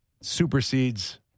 supersedes